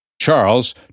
Charles